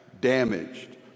damaged